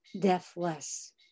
deathless